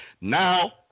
Now